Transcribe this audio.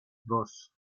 dos